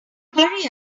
hurry